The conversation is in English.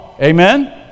Amen